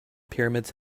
pyramids